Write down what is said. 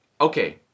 okay